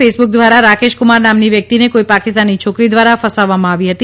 Facebook દ્વારા રાકેશકુમાર નામની વ્યક્તિને કોઇ પાકિસ્તાની છોકરી દ્વારા ફસાવવામાં આવી હતી